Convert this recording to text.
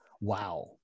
Wow